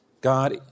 God